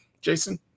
Jason